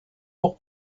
jours